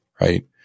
right